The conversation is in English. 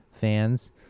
fans